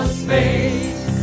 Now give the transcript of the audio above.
space